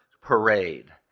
parade